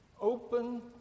open